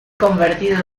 convertido